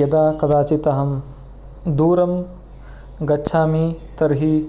यदा कदाचित् अहं दूरं गच्छामि तर्हि